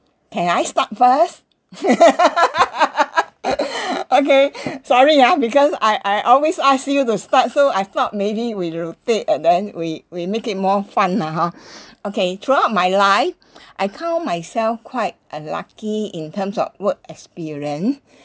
can I start first okay sorry ya because I I always ask you to start so I thought maybe we rotate and then we we make it more fun lah hor okay throughout my life I count myself quite a lucky in terms of work experience